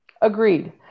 Agreed